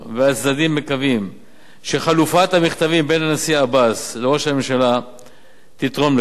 והצדדים מקווים שחליפת המכתבים בין הנשיא עבאס לראש הממשלה תתרום לכך".